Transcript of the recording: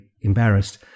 embarrassed